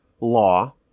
law